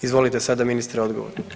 Izvolite sada ministre odgovor.